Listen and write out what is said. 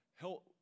help